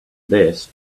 best